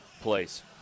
place